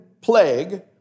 plague